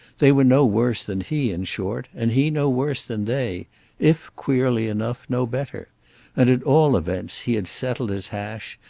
they were no worse than he, in short, and he no worse than they if, queerly enough, no better and at all events he had settled his hash,